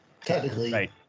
technically